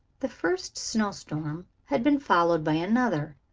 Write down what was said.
the first snow storm had been followed by another,